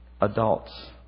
Adults